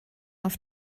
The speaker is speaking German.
auf